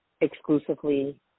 exclusively